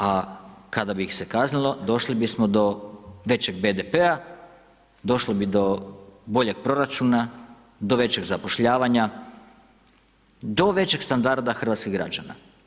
A kada bi ih se kaznilo, došli bismo do većeg BDP-a, došlo bi do boljeg proračuna, do većeg zapošljavanja, do većeg standarda hrvatskih građana.